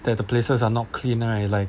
that the places are not clean right like